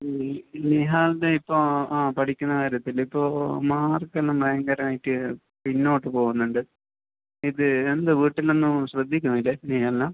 നിഹാലിൻ്റെ ഇപ്പോൾ ആ പഠിക്കുന്ന കാര്യത്തിൽ ഇപ്പോൾ മാർക്ക് എല്ലാം ഭയങ്കരമായിട്ട് പിന്നോട്ട് പോവുന്നുണ്ട് ഇത് എന്താണ് വീട്ടിൽ ഒന്നും ശ്രദ്ധിക്കുന്നില്ല നിഹാലിനെ